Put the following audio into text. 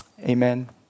Amen